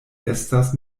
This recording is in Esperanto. estas